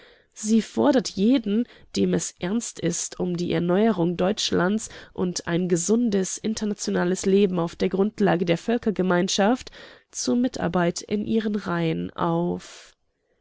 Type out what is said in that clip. sie fordert jeden dem es ernst ist um die erneuerung deutschlands und ein gesundes internationales leben auf der grundlage der völkergemeinschaft zur mitarbeit in ihren reihen auf